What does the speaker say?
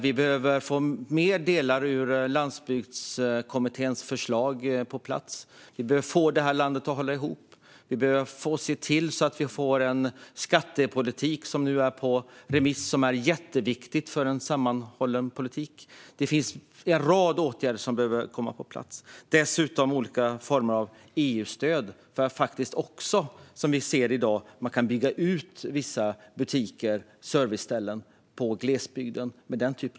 Vi behöver få fler av Landsbygdskommitténs förslag på plats. Vi behöver få det här landet att hålla ihop. Vi behöver se till att få på plats den skattepolitik som nu är på remiss och som är jätteviktig för en sammanhållen politik. En rad åtgärder behöver komma på plats. Dessutom ser vi i dag att det finns olika former av EU-stöd för att bygga ut vissa butiker och serviceställen i glesbygden.